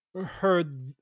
heard